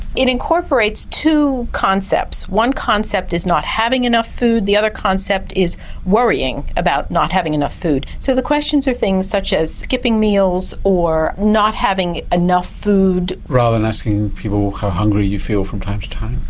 it incorporates two concepts one concept is not having enough food, the other concept is worrying about not having enough food. so the questions are things such as skipping meals, or not having enough food. rather than asking people how hungry you feel from time to time?